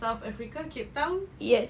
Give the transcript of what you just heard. south africa cape town